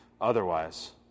Otherwise